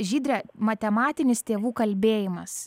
žydre matematinis tėvų kalbėjimas